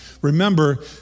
Remember